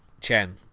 Chen